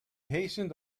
hastened